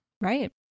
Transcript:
Right